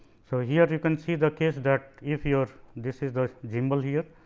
so, here you can see the case that if your this is the gimbal here.